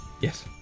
Yes